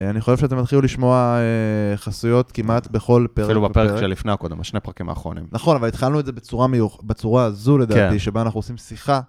אני חושב שאתם תתחילו לשמוע חסויות כמעט בכל פרק. אפילו בפרק של לפני הקודם, השני פרקים האחרונים. נכון, אבל התחלנו את זה בצורה הזו לדעתי, שבה אנחנו עושים שיחה.